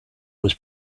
was